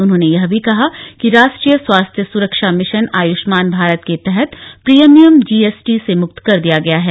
उन्होंने यह भी कहा कि राष्ट्रीय स्वास्थ्य सुरक्षा मिशन आयुष्मान भारत के तहत प्रीमियम जीएसटी से मुक्त कर दिया गया है